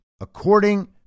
according